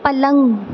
پلنگ